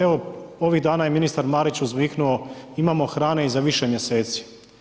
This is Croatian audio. Evo, ovih dana je ministar Marić uzviknuo imamo hrane i za više mjeseci.